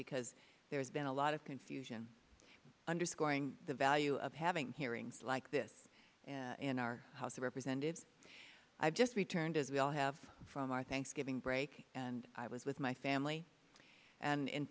because there's been a lot of confusion underscoring the value of having hearings like this in our house of representatives i've just returned as we all have from our thanksgiving break and i was with my family and in